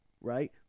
right